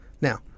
Now